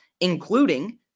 including